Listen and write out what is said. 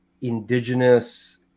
indigenous